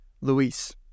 Luis